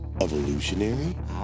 evolutionary